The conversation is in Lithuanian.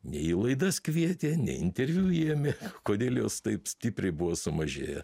nei į laidas kvietė nei interviu ėmė kodėl jos taip stipriai buvo sumažėję